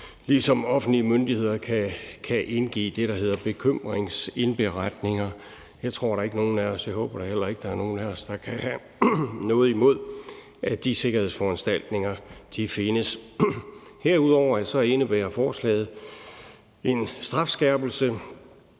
ligesom offentlige myndigheder kan indgive det, der hedder bekymringsindberetninger. Jeg tror da ikke, og det håber jeg da heller ikke, at nogen af os kan have noget imod, at de sikkerhedsforanstaltninger findes. Herudover indebærer forslaget en strafskærpelse